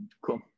Cool